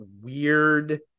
weird